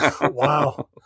Wow